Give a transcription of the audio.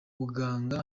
buganga